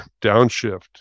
downshift